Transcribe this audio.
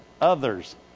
Others